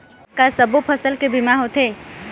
का सब्बो फसल के बीमा होथे?